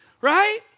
right